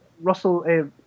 Russell